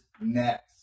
next